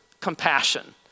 compassion